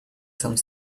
some